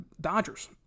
Dodgers